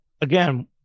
again